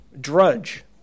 Drudge